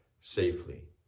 safely